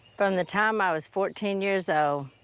from the time i was fourteen years so